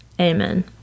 Amen